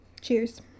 cheers